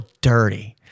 dirty